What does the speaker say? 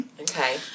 Okay